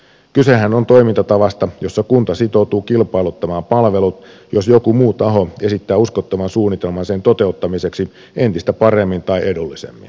kysehän on toimintatavasta jossa kunta sitoutuu kilpailuttamaan palvelut jos joku muu taho esittää uskottavan suunnitelman sen toteuttamiseksi entistä paremmin tai edullisemmin